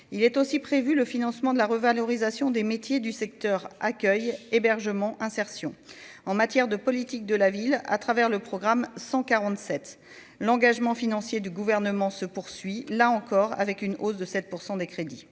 il est aussi prévu le financement de la revalorisation des métiers du secteur accueille hébergement insertion en matière de politique de la ville à travers le programme 147 l'engagement financier du gouvernement se poursuit, là encore, avec une hausse de 7 % des crédits,